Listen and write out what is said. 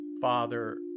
Father